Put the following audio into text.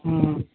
हम्म